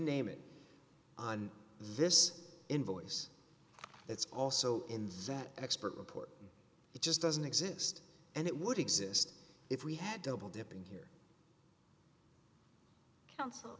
name it on this invoice it's also in that expert report it just doesn't exist and it would exist if we had double dipping here counsel